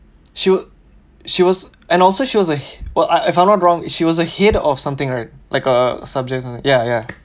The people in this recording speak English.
she was she was and also she was a well if I'm not wrong she was a head of something right like a subject ya ya